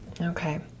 Okay